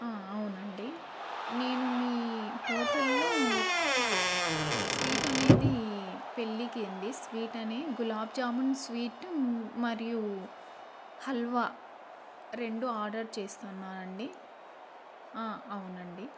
అవునండి నేను మీ హోటల్లో స్వీట్ అనేది పెళ్ళికి అండి స్వీట్ అని గులాబ్ జామున్ స్వీట్ మరియు హల్వా రెండు ఆర్డర్ చేస్తున్నాను అండి అవునండి